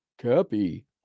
Copy